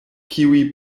kiuj